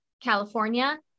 California